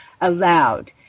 allowed